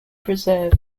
persevered